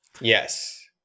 yes